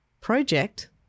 project